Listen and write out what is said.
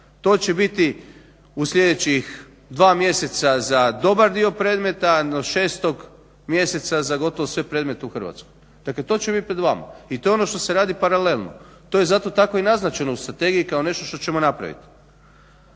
To će biti u sljedećih dva mjeseca za dobar dio predmeta do 6. mjeseca za gotovo sve predmete u Hrvatskoj. Dakle to će bit pred vama i to je ono što se radi paralelno. To je zato tako i naznačeno u strategiji kao nešto što ćemo napraviti.